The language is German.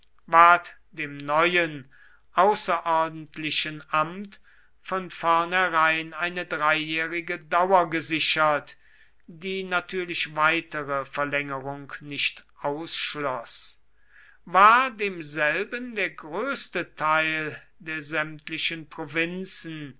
dem neuen außerordentlichen amt von vornherein eine dreijährige dauer gesichert die natürlich weitere verlängerung nicht ausschloß war demselben der größte teil der sämtlichen provinzen